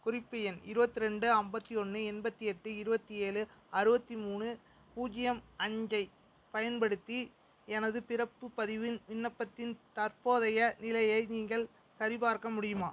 குறிப்பு எண் இருபத்து ரெண்டு ஐம்பத்தி ஒன்று எண்பத்தி எட்டு இருபத்தி ஏழு அறுபத்தி மூணு பூஜ்யம் அஞ்சைப் பயன்படுத்தி எனது பிறப்புப் பதிவின் விண்ணப்பத்தின் தற்போதைய நிலையை நீங்கள் சரிபார்க்க முடியுமா